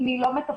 אם היא לא מתפקדת,